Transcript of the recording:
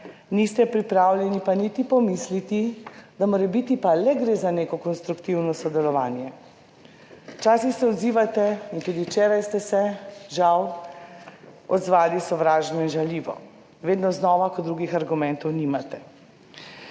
niste pripravljeni pa niti pomisliti, da morebiti pa le gre za neko konstruktivno sodelovanje. Včasih se odzivate in tudi včeraj ste se, žal, odzvali sovražno in žaljivo, vedno znova, ko drugih argumentov nimate.